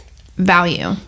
value